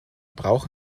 brauchen